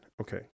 Okay